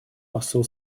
посол